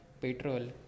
petrol